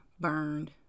burned